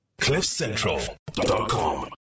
Cliffcentral.com